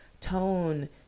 tone